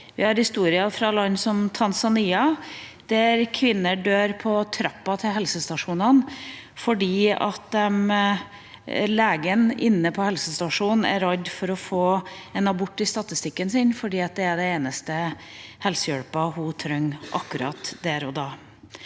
Vi har historier fra land som Tanzania, der kvinner dør på trappa til helsestasjonen fordi legen inne på helsestasjonen er redd for å få en abort i statistikken sin, og det er den eneste helsehjelpen kvinnen trenger akkurat der og da.